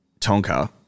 Tonka